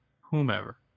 whomever